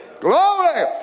Glory